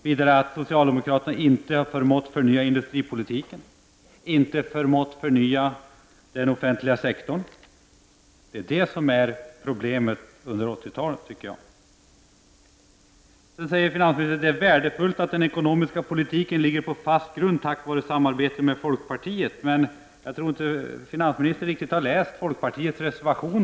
Vidare har socialdemokraterna inte förmått förnya industripolitiken och inte förmått förnya den offentliga sektorn. Det är alltså detta som är orsaken till problemen under 80-talet, tycker jag. Sedan säger finansmininstern att det är värdefullt att den ekonomiska politiken ligger på fast grund tack vare samarbetet med folkpartiet. Men jag tror inte att finansministern riktigt har läst folkpartiets reservation.